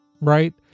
right